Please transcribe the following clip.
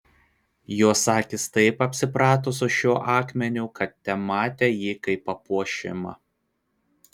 jos akis taip apsiprato su šiuo akmeniu kad tematė jį kaip papuošimą